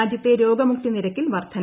രാജ്യത്തെ രോഗമുക്തി നിരക്കിൽ വർധന